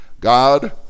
God